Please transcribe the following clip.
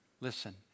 Listen